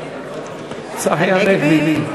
צחי הנגבי.